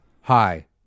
Hi